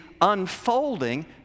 unfolding